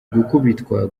gukubitwa